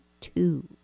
two